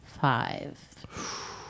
five